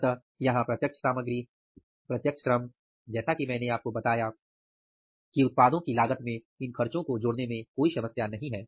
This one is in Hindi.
अतः यहाँ प्रत्यक्ष सामग्री प्रत्यक्ष श्रम जैसा कि मैंने आपको बताया कि उत्पादों की लागत में इन खर्चों को जोड़ने में कोई समस्या नहीं है